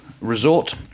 resort